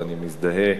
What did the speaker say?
ואני מזדהה